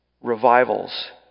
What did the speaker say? revivals